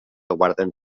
guarden